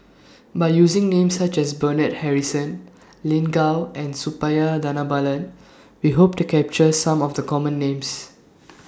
By using Names such as Bernard Harrison Lin Gao and Suppiah Dhanabalan We Hope to capture Some of The Common Names